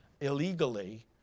illegally